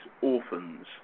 orphans